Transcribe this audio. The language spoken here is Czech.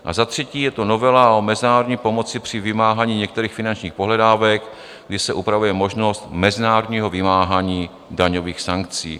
A za třetí je to novela o mezinárodní pomoci při vymáhání některých finančních pohledávek, kdy se upravuje možnost mezinárodního vymáhání daňových sankcí.